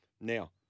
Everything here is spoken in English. now